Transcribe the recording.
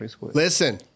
Listen